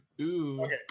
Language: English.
Okay